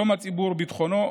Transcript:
שלום הציבור וביטחונו,